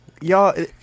y'all